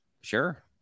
Sure